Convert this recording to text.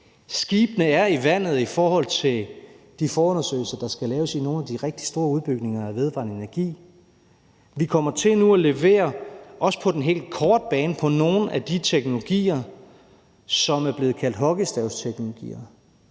Skibene er i vandet i forhold til de forundersøgelser, der skal laves i nogle af de rigtig store udbygninger af vedvarende energi. Vi kommer til nu at levere, også på den helt korte bane, på nogle af de teknologier, som er blevet kaldt hockeystavsteknologier.